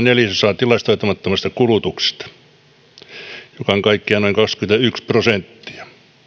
neljäsosaa tilastoimattomasta kulutuksesta joka on kaikkiaan noin kaksikymmentäyksi prosenttia